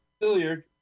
billiard